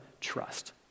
trust